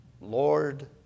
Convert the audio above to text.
Lord